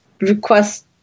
request